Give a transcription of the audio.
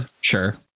sure